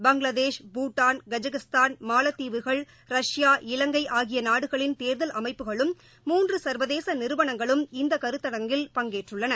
Bangladesh Bhutan Kazakhstan மாலத்தீவுகள் Russia Ilangai ஆகிய நாடுகளின் தேர்தல் அமைப்புகளும் மூன்று சா்வதேச நிறுவனங்களும் இந்த கருத்தரங்கில் பங்கேற்றுள்ளன